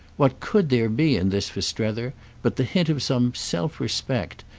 what could there be in this for strether but the hint of some self-respect,